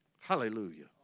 Hallelujah